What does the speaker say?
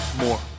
more